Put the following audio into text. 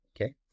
okay